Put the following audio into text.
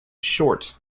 short